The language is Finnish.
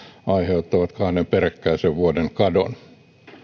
aiheuttavat kahden peräkkäisen vuoden kadon